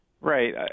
Right